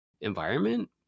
environment